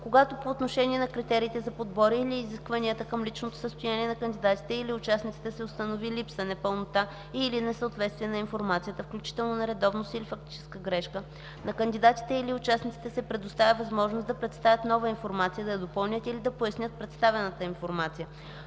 Когато по отношение на критериите за подбор или изискванията към личното състояние на кандидатите или участниците се установи липса, непълнота и/или несъответствие на информацията, включително нередовност или фактическа грешка, на кандидатите или участниците се предоставя възможност да представят нова информация, да допълнят или да пояснят представената информация.